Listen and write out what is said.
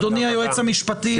אדוני היועץ המשפטי,